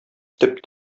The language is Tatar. төп